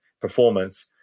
performance